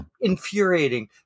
infuriating